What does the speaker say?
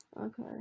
okay